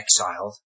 exiled